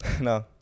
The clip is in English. No